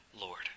Lord